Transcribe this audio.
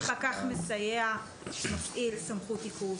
מתי פקח מסייע מפעיל סמכות עיכוב,